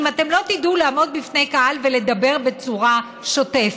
אם אתם לא תדעו לעמוד בפני קהל ולדבר בצורה שוטפת,